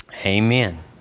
Amen